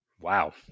Wow